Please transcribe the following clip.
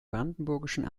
brandenburgischen